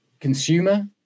consumer